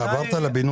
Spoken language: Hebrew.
אתה עברת לבינוי